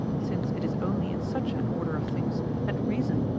since it is only in such an order of things that reason,